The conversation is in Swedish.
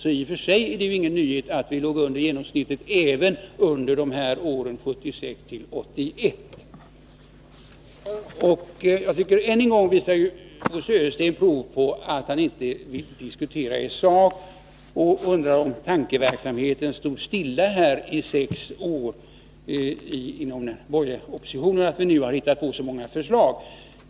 I och för sig är det alltså ingen nyhet att vi låg under genomsnittet även åren 1976-1981. Änen gång visar Bo Södersten prov på att han inte vill diskutera i sak. Han undrar om tankeverksamheten stod stilla inom de borgerliga regeringarna i sex år, medan vi nu har hittat på så många förslag.